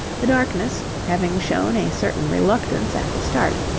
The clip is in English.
the darkness, having shown a certain reluctance at the start,